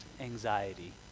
anxiety